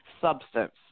substance